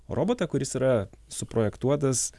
robotą kuris yra suprojektuotas